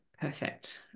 perfect